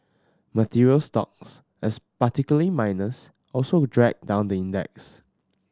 materials stocks as particularly miners also dragged down the index